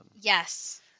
Yes